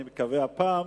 אני מקווה הפעם